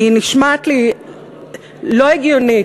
נשמעת לי לא הגיונית,